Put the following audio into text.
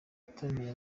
yataramiye